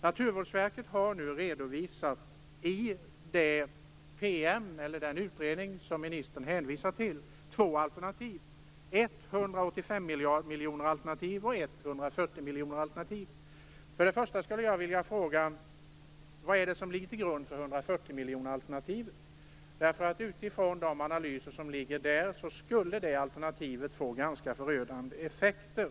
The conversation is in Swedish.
Naturvårdsverket har nu redovisat två alternativ i den utredning som ministern redovisar till, ett 185 Till att börja med vill jag fråga: Vad är det som ligger till grund för 140 miljoner-alternativet? Utifrån olika analyser skulle det alternativet ge förödande effekter.